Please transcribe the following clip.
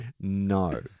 No